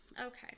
Okay